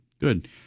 Good